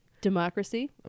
Democracy